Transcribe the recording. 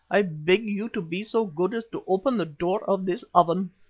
i beg you to be so good as to open the door of this oven.